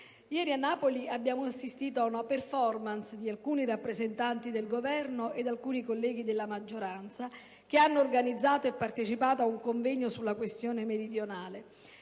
ieri a Napoli abbiamo assistito ad una *performance* di alcuni rappresentanti del Governo e di alcuni colleghi della maggioranza che hanno organizzato e partecipato ad un convegno sulla questione meridionale.